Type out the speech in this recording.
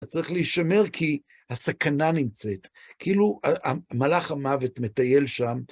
צריך להישמר כי הסכנה נמצאת, כאילו מלאך המוות מטייל שם.